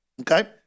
Okay